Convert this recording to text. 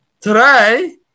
Today